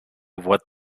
what